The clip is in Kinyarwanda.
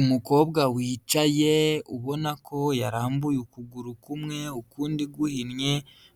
Umukobwa wicaye ubona ko yarambuye ukuguru kumwe ukundi guhinnye,